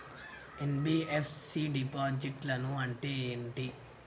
NBFC డిపాజిట్లను అంటే ఏంటి?